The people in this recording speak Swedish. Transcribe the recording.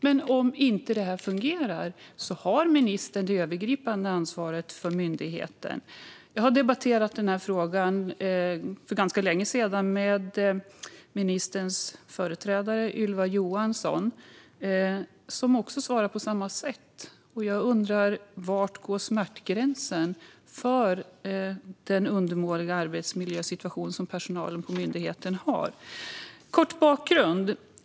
Men om inte det här fungerar har ministern det övergripande ansvaret för myndigheten. Jag har debatterat den här frågan för ganska länge sedan med ministerns företrädare, Ylva Johansson, som svarade på samma sätt. Jag undrar: Var går smärtgränsen för den undermåliga arbetsmiljösituation som personalen på myndigheten har? Jag vill ge en kort bakgrund.